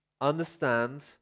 understand